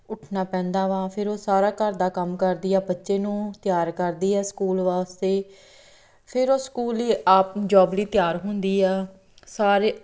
ਉੱਠਣਾ ਪੈਂਦਾ ਵਾ ਫੇਰ ਉਹ ਸਾਰਾ ਘਰ ਦਾ ਕੰਮ ਕਰਦੀ ਆ ਬੱਚੇ ਨੂੰ ਤਿਆਰ ਕਰਦੀ ਆ ਸਕੂਲ ਵਾਸਤੇ ਫਿਰ ਉਹ ਸਕੂਲ ਹੀ ਆਪ ਜੋਬ ਲਈ ਤਿਆਰ ਹੁੰਦੀ ਆ ਸਾਰੇ